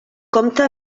compta